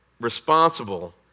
responsible